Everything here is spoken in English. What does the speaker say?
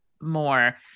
more